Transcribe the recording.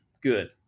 Good